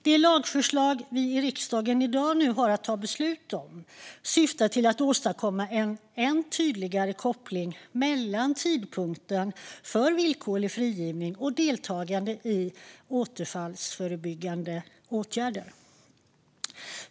Det lagförslag som vi i riksdagen nu har att ta beslut om syftar till att åstadkomma en än tydligare koppling mellan tidpunkten för villkorlig frigivning och deltagande i återfallsförebyggande åtgärder.